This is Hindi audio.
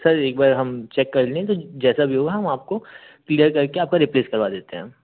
सर एक बार हम चेक कर लें तो जैसा भी होगा हम आपको क्लियर कर के आपका रिप्लेस करवा देते हैं